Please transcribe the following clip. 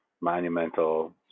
monumental